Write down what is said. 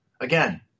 again